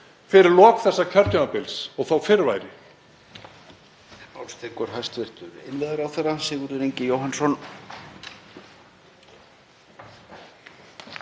fyrir lok þessa kjörtímabils og þó fyrr væri.